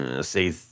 say